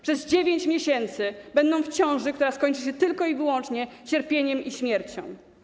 Przez 9 miesięcy będą w ciąży, która skończy się tylko i wyłącznie cierpieniem i śmiercią.